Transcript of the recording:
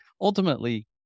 ultimately